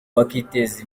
bakiteza